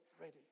ready